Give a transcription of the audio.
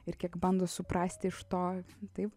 ir bando suprasti iš to taip